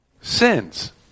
sins